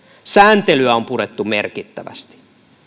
sääntelyä on purettu merkittävästi